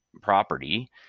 property